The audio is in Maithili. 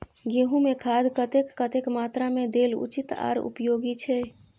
गेंहू में खाद कतेक कतेक मात्रा में देल उचित आर उपयोगी छै?